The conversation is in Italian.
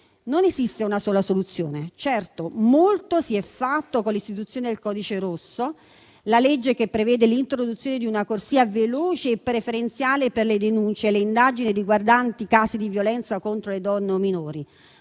Non esiste una sola soluzione. Certo, molto si è fatto con l'istituzione del codice rosso, la legge che prevede l'introduzione di una corsia veloce e preferenziale per le denunce e le indagini riguardanti i casi di violenza contro le donne o i minori.